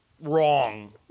Wrong